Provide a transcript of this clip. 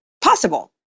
possible